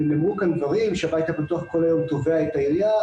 נאמרו כאן דברים שהבית הפתוח כל היום תובע את העירייה,